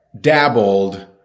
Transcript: dabbled